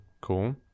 cool